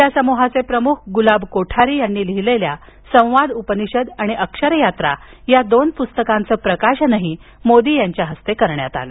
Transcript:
या समूहाचे प्रमुख गुलाब कोठारी यांनी लिहिलेल्या संवाद उपनिषद आणि अक्षरयात्रा या दोन पुस्तकांचं प्रकाशनही मोदी यांच्या हस्ते करण्यात आलं